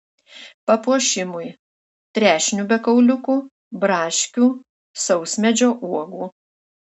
papuošimui trešnių be kauliukų braškių sausmedžio uogų